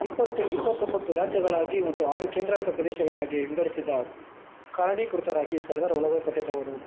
ಇಪ್ಪತ್ತೇಳು ಇಪ್ಪತ್ತೊಂಬತ್ತು ರಾಜ್ಯಗಳಾಗಿ ಮತ್ತು ಆರು ಕೇಂದ್ರಾಡಳಿತ ಪ್ರದೇಶಗಳಾಗಿ ವಿಂಗಡಿಸಿದ ಕಾರಣೀಕೃತರಾಗಿ ಸರ್ದಾರ ವಲ್ಲಭಬಾಯಿ ಪಟೇಲ್ರವರು